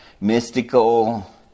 mystical